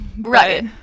Right